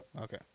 Okay